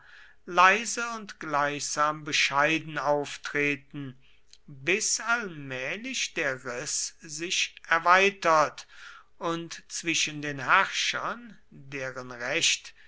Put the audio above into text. leise und gleichsam bescheiden auftreten bis allmählich der riß sich erweitert und zwischen den herrschern deren recht